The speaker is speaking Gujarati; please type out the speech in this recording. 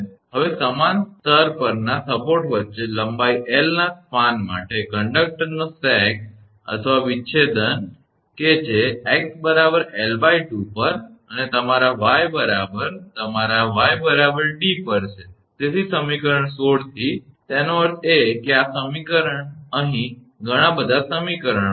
હવે સમાન સ્તર પરના સપોર્ટ વચ્ચે લંબાઈ 𝐿 ના સ્પાન માટે કંડકટરનો સેગ અથવા વિચ્છેદન કે જે 𝑥 𝐿2 પર અને તમારા y બરાબર તમારા 𝑦 𝑑 પર છે તેથી સમીકરણ 16 થી તેનો અર્થ એ કે આ સમીકરણ અહીં ઘણા બધા સમીકરણો છે